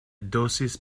dosis